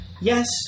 yes